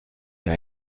qu’à